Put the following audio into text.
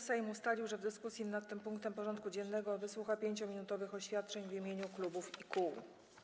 Sejm ustalił, że w dyskusji nad tym punktem porządku dziennego wysłucha 5-minutowych oświadczeń w imieniu klubów i kół.